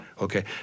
Okay